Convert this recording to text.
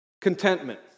Contentment